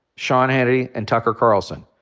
sean hannity, and tucker carlson.